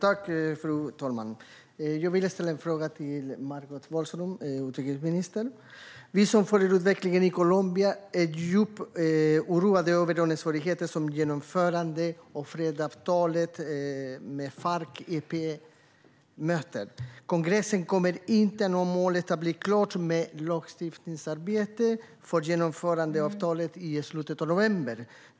Fru talman! Jag vill ställa en fråga till utrikesminister Margot Wallström. Vi som följer utvecklingen i Colombia är djupt oroade över de svårigheter som genomförandet av fredsavtalet med Farc-EP möter. Kongressen kommer inte att nå målet att bli klar med lagstiftningsarbetet för genomförandeavtalet i slutet av november.